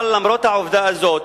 אבל למרות העובדה הזאת,